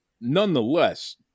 Nonetheless